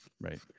right